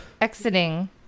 Exiting